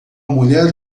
mulher